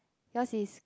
yours is